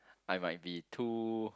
I might be too